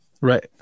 Right